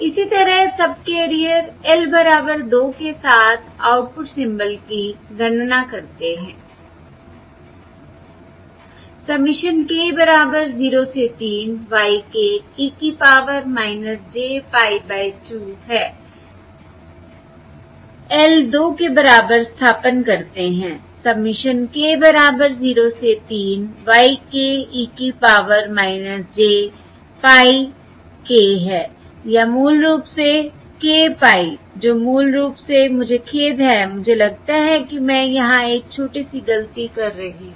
इसी तरह subcarrier l बराबर 2 के साथ आउटपुट सिंबल की गणना करते हैं I सबमिशन k बराबर 0 से 3 y k e की पावर j pie बाय 2 है l 2 के बराबर स्थानापन्न करते हैंI सबमिशन k बराबर 0 से 3 y k e की पावर j pie k है या मूल रूप से k pie जो मूल रूप से मुझे खेद है मुझे लगता है कि मैं यहां एक छोटी सी गलती कर रही हूं